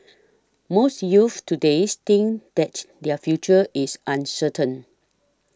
most youths today think that their future is uncertain